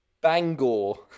Bangor